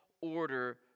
order